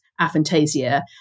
aphantasia